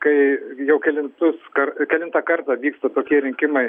kai jau kelintus kar kelintą kartą vyksta tokie rinkimai